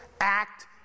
act